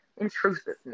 intrusiveness